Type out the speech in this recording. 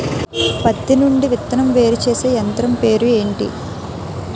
పత్తి నుండి విత్తనం వేరుచేసే యంత్రం పేరు ఏంటి